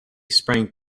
sprang